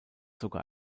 sogar